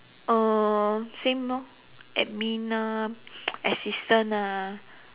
uh same lor admin ah assistant ah